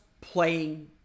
playing